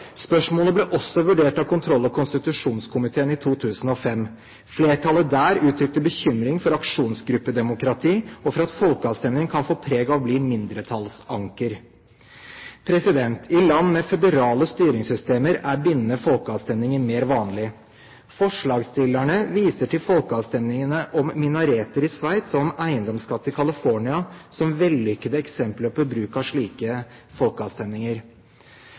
Spørsmålet ble også vurdert av kontroll- og konstitusjonskomiteen i 2005. Flertallet der uttrykte bekymring for aksjonsgruppedemokrati og for at folkeavstemninger kan få preg av å bli «mindretallsanker». I land med føderale styringssystemer er bindende folkeavstemninger mer vanlig. Forslagsstillerne viser til folkeavstemningene om minareter i Sveits og om eiendomsskatt i California som vellykkede eksempler på bruk av slike folkeavstemninger.